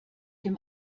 dem